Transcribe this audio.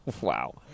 Wow